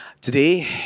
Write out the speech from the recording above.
Today